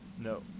No